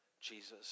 Jesus